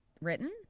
written